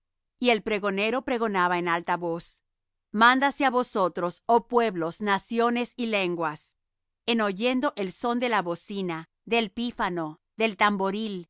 y el pregonero pregonaba en alta voz mándase á vosotros oh pueblos naciones y lenguas en oyendo el son de la bocina del pífano del tamboril